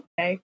Okay